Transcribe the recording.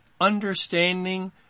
understanding